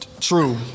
True